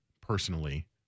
personally